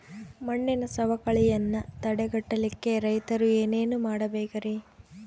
ಮಣ್ಣಿನ ಸವಕಳಿಯನ್ನ ತಡೆಗಟ್ಟಲಿಕ್ಕೆ ರೈತರು ಏನೇನು ಮಾಡಬೇಕರಿ?